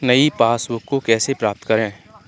नई पासबुक को कैसे प्राप्त करें?